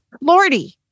Lordy